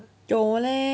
有 leh